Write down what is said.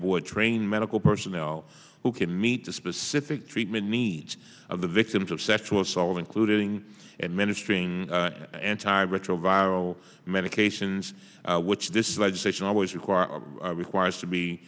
board train medical personnel who can meet the specific treatment needs of the victims of sexual assault including and ministering anti retroviral medications which this legislation always require requires to be